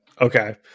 Okay